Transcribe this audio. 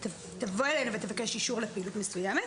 היא תבוא אלינו ותבקש אישור לפעילות מסוימת,